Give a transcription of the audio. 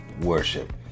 worship